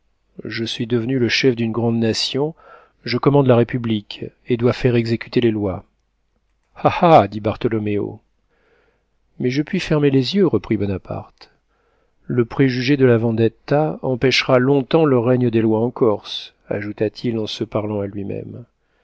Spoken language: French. je suis devenu le chef d'une grande nation je commande la république et dois faire exécuter les lois ah ah dit bartholoméo mais je puis fermer les yeux reprit bonaparte le préjugé de la vendetta empêchera long-temps le règne des lois en corse ajouta-t-il en se parlant à lui-même